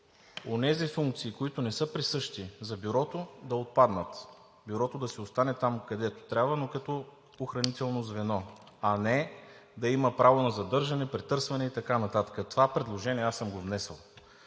онези функции, които не са присъщи за Бюрото, да отпаднат, Бюрото да си остане там, където трябва, но като охранително звено, а не да има право на задържане, претърсване и така нататък. Това предложение съм го внесъл.